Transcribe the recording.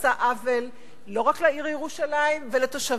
עשה עוול לא רק לעיר ירושלים ולתושביה,